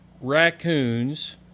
raccoons